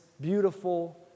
beautiful